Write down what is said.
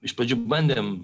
iš pradžių bandėm